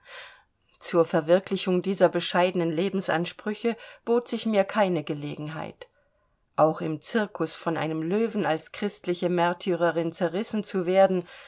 zur verwirklichung dieser bescheidenen lebensansprüche bot sich mir keine gelegenheit auch im cirkus von einem löwen als christliche märtyrerin zerrissen zu werden